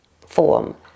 form